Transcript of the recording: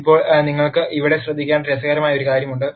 ഇപ്പോൾ നിങ്ങൾ ഇവിടെ ശ്രദ്ധിക്കേണ്ട രസകരമായ ഒരു കാര്യമുണ്ട്